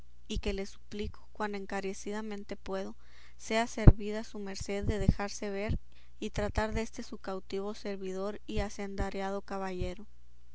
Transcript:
y que le suplico cuan encarecidamente puedo sea servida su merced de dejarse ver y tratar deste su cautivo servidor y asendereado caballero